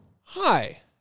Hi